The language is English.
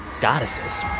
goddesses